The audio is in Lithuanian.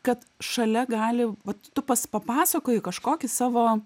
kad šalia gali vat tu pas papasakojai kažkokį savo